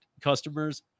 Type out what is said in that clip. customers